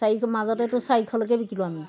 চাৰিশ মাজতেতো চাৰিশলৈকে বিকিলোঁ আমি